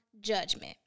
judgment